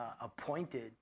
appointed